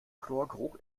chlorgeruch